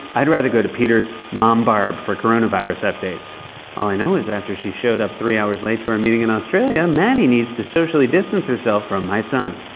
i would rather go to peter's mom barb for coronavirus updates. all i know is after she showed up three hours late to our meeting in australia, madi needs to socially distance herself from my son.